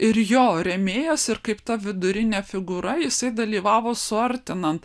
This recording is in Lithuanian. ir jo rėmėjas ir kaip ta vidurinė figūra jisai dalyvavo suartinant